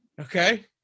Okay